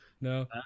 No